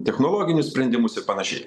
technologinius sprendimus ir panašiai